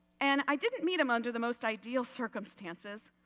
and i didn't meet him under the most ideal circumstances.